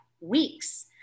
weeks